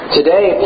Today